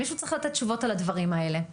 מישהו פה צריך לתת תשובות על הדברים האלה.